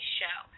show